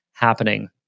happening